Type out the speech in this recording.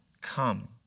come